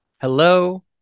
hello